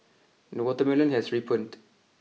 the watermelon has ripened